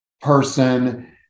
person